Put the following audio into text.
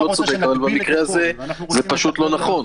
במקרה הזה, זה פשוט לא נכון,